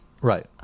right